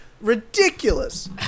Ridiculous